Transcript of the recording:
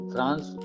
France